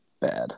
bad